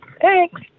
Thanks